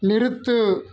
நிறுத்து